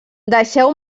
deixeu